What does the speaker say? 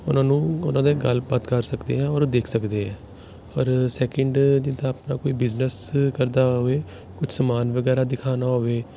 ਉਹਨਾਂ ਨੂੰ ਉਹਨਾਂ ਦੇ ਗੱਲਬਾਤ ਕਰ ਸਕਦੇ ਹਾਂ ਔਰ ਦੇਖ ਸਕਦੇ ਹੈ ਪਰ ਸੈਕਿੰਡ ਜਿੱਦਾਂ ਆਪਣਾ ਕੋਈ ਬਿਜਨਸ ਕਰਦਾ ਹੋਵੇ ਕੁਛ ਸਮਾਨ ਵਗੈਰਾ ਦਿਖਾਉਣਾ ਹੋਵੇ